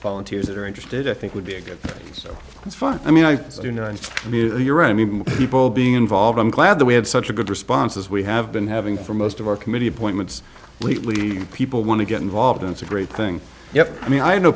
volunteers that are interested i think would be a good so it's fun i mean i you know and i mean you're i mean people being involved i'm glad that we had such a good response as we have been having for most of our committee appointments lately people want to get involved and it's a great thing yes i mean i have no